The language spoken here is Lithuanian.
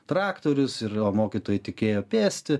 traktorius ir o mokytojai tik ėjo pėsti